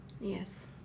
yes